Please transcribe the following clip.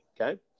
okay